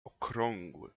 okrągły